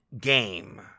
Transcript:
game